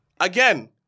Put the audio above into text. Again